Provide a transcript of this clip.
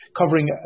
covering